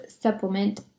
supplement